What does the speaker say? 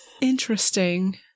Interesting